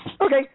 Okay